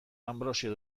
anbrosio